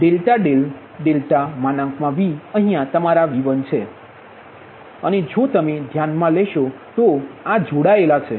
∆δ ∆Vઅહીયા તમારા V1 છે અને જો તમે ધ્યાનમાં લેશો તો આ જોડાયેલા હોય છે